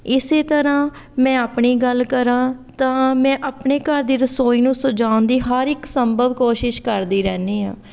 ਇਸੇ ਤਰ੍ਹਾਂ ਮੈਂ ਆਪਣੀ ਗੱਲ ਕਰਾਂ ਤਾਂ ਮੈਂ ਆਪਣੇ ਘਰ ਦੀ ਰਸੋਈ ਨੂੰ ਸਜਾਉਣ ਦੀ ਹਰ ਇੱਕ ਸੰਭਵ ਕੋਸ਼ਿਸ਼ ਕਰਦੀ ਰਹਿੰਦੀ ਹਾਂ